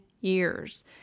years